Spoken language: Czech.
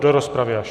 Do rozpravy až.